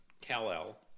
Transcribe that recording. Kal-El